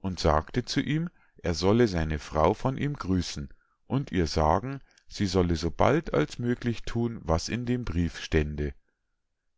und sagte zu ihm er solle seine frau von ihm grüßen und ihr sagen sie solle so bald als möglich thun was in dem brief stände